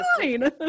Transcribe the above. fine